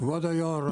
10:19) כבוד היו"ר,